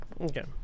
Okay